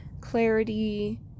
clarity